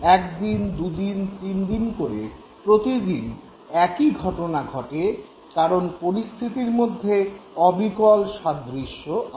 একদিন দু'দিন তিনদিন করে প্রতিদিন একই ঘটনা ঘটে কারন পরিস্থিতির মধ্যে অবিকল সাদৃশ্য আছে